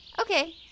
Okay